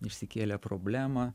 išsikėlę problemą